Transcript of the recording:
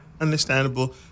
Understandable